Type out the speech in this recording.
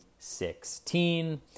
2016